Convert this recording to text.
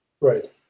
Right